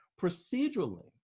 procedurally